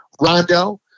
Rondo